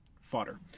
fodder